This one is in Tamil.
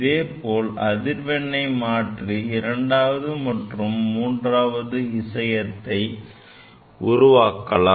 இதேபோல அதிர்வெண்ணை மாற்றி இரண்டாவது மற்றும் மூன்றாவது இசையத்தை உருவாக்கலாம்